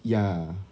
ya